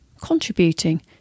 contributing